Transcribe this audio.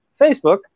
Facebook